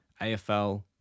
AFL